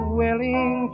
willing